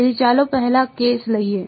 તેથી ચાલો પહેલા કેસ લઈએ